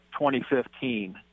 2015